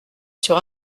sur